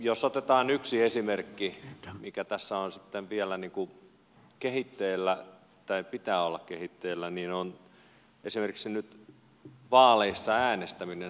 jos otetaan yksi esimerkki minkä tässä on sitten vielä niku kehitteillä tai pitää olla vielä kehitteillä se on esimerkiksi nyt vaaleissa äänestäminen sähköisesti